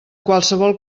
qualsevol